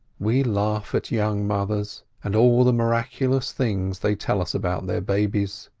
we laugh at young mothers, and all the miraculous things they tell us about their babies!